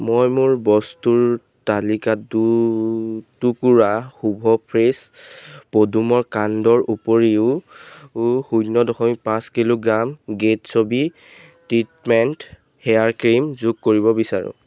মই মোৰ বস্তুৰ তালিকাত দুটুকুৰা হুভু ফ্ৰেছ পদুমৰ কাণ্ডৰ উপৰিও শূন্য দশমিক পাঁচ kilogram Gatsby treatment hair cream যোগ কৰিব বিচাৰোঁ